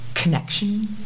connection